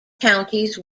counties